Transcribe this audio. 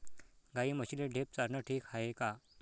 गाई म्हशीले ढेप चारनं ठीक हाये का?